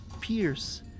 pierce